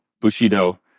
Bushido